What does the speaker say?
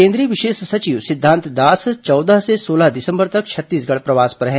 केंद्रीय विशेष सचिव सिद्धांत दास चौदह से सोलह दिसंबर तक छत्तीसगढ़ प्रवास पर हैं